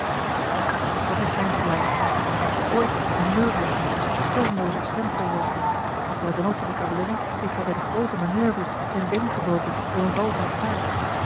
luister dat is zijn geluid heb je ooit nurkiger toonloozer stem gehoord als luitenant van de cavalerie heeft hij bij de groote manoeuvres zijn been gebroken door een val van het paard